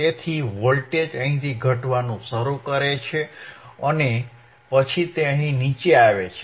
તેથી વોલ્ટેજ અહીંથી ઘટવાનું શરૂ કરે છે અને પછી તે અહીં નીચે આવે છે